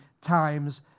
times